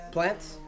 Plants